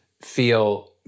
feel